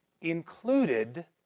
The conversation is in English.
included